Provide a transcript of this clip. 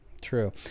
True